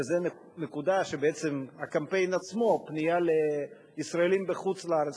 נקודה שבעצם הקמפיין עצמו הוא פנייה לישראלים בחוץ-לארץ.